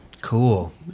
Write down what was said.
Cool